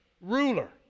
ruler